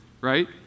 right